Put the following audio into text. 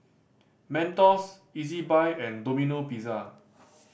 Mentos Ezbuy and Domino Pizza